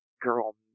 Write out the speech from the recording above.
girl